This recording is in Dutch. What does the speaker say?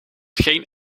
geen